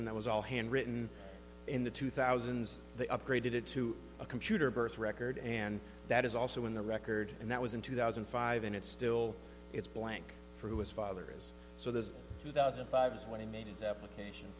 system that was all handwritten in the two thousands they upgraded it to a computer birth record and that is also in the record and that was in two thousand and five and it still is blank for who his father is so this two thousand and five is when he made his application